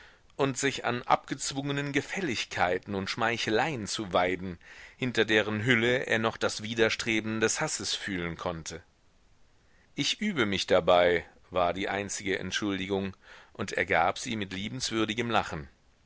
und sich an abgezwungenen gefälligkeiten und schmeicheleien zu weiden hinter deren hülle er noch das widerstreben des hasses fühlen konnte ich übe mich dabei war die einzige entschuldigung und er gab sie mit liebenswürdigem lachen